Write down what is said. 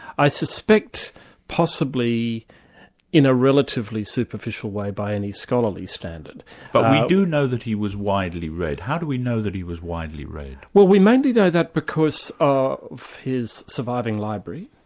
i suspect possibly in a relatively superficial way by any scholarly but do know that he was widely read how do we know that he was widely read? well we mainly know that because of his surviving library,